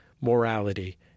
morality